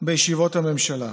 בישיבות הממשלה.